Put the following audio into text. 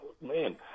Man